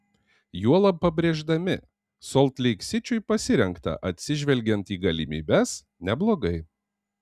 juolab pabrėždami solt leik sičiui pasirengta atsižvelgiant į galimybes neblogai